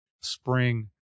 spring